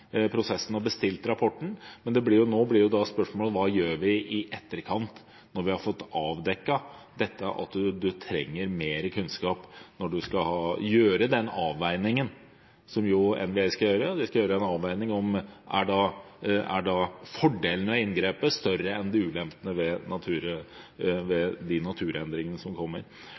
prosessen og bestilt rapporten, men nå blir spørsmålet: Hva gjør vi i etterkant når vi har fått avdekket at man trenger mer kunnskap når NVE skal foreta den avveiningen som de skal? De skal gjøre en avveining av om fordelene ved inngrepet er større enn ulempene ved de naturendringene som kommer.